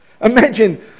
Imagine